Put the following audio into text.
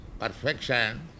Perfection